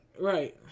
right